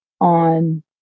on